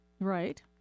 Right